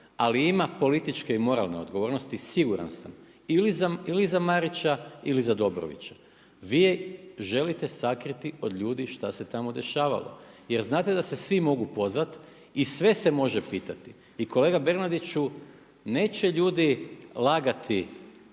ali ima političke i moralne odgovornosti. Siguran sam, ili za Marića ili za Dobrovića. Vi želite sakriti od ljudi šta se tamo dešavalo. Jer, znate da se svi mogu pozvati i sve se može pitati i kolega Bernardiću, neće ljudi lagati